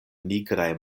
nigraj